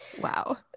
Wow